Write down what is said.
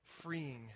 freeing